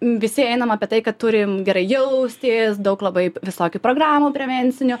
visi einam apie tai kad turim gerai jaustis daug labai visokių programų prevencinių